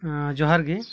ᱡᱚᱦᱟᱨ ᱜᱮ